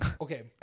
Okay